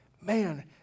man